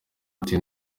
ati